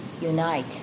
unite